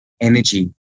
energy